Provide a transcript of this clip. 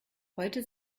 heute